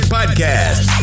Podcast